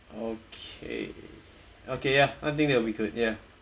okay okay ya I think that'll be good ya